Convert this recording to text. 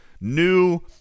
new